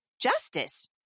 justice